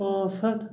پانٛژھ ہَتھ